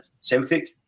Celtic